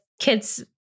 kids